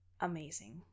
amazing